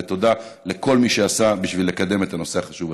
ותודה לכל מי שעשה בשביל לקדם את הנושא החשוב הזה.